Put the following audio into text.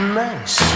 nice